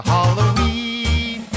Halloween